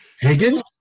Higgins